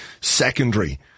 secondary